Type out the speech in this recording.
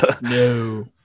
No